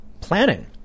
planning